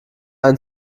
ein